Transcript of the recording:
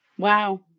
Wow